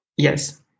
Yes